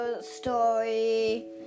Story